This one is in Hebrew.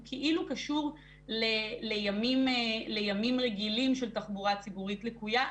כאילו קשור לימים רגילים של תחבורה ציבורית לקויה,